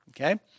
okay